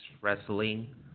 Wrestling